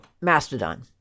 Mastodon